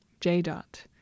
J-dot